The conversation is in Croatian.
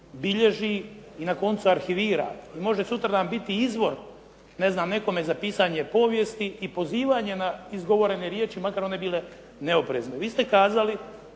bilježi i na koncu arhivira, i može sutradan biti izvor, ne znam nekome za pisanje povijesti i pozivanje na izgovorene riječi, makar one bile neoprezne. Vi ste kazali